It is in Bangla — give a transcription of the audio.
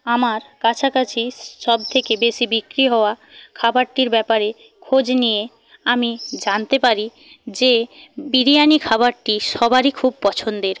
আমার কাছাকাছি সবথেকে বেশী বিক্রি হওয়া খাবারটির ব্যাপারে খোঁজ নিয়ে আমি জানতে পারি যে বিরিয়ানি খাবারটি সবারই খুব পছন্দের